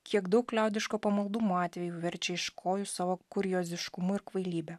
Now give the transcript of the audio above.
kiek daug liaudiško pamaldumo atvejų verčia iš kojų savo kurioziškumu ir kvailybe